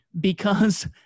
because-